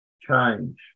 change